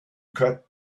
got